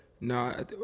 No